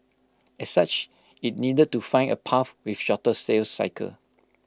as such IT needed to find A path with shorter sales cycle